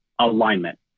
alignment